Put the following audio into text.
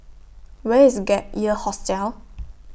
Where IS Gap Year Hostel